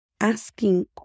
asking